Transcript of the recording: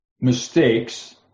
mistakes